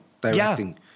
directing